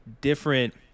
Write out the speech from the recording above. different